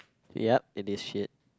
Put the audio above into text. yup it is shit